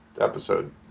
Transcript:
episode